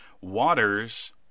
waters